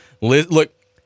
look